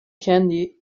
candy